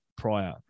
prior